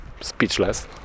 speechless